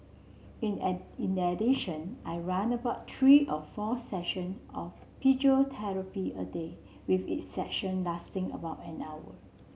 in a in addition I run about three or four session of physiotherapy a day with each session lasting about an hour